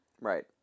Right